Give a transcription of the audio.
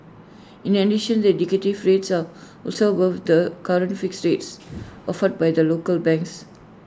in addition the indicative rates are also above the current fixed rates offered by the local banks